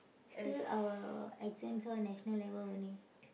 still our exams all national level only